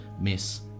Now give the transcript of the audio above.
miss